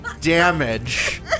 damage